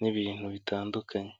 n'ibintu bitandukanye.